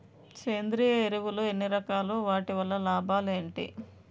సేంద్రీయ ఎరువులు ఎన్ని రకాలు? వాటి వల్ల లాభాలు ఏంటి?